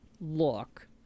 look